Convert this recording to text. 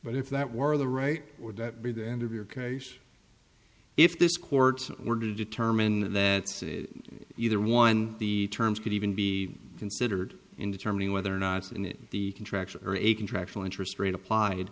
but if that were the right would that be the end of your case if this court were to determine that says either one the terms could even be considered in determining whether or not it's in the contract or a contractual interest rate applied